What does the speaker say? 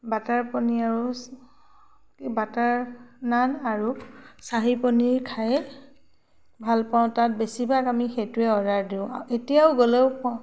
butter paneer আৰু butter naan আৰু চাহী পনীৰ খায়ে ভাল পাওঁ তাত বেছিভাগ আমি সেইটোৱে অৰ্ডাৰ দিওঁ এতিয়াও গ'লেও পাওঁ